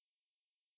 mmhmm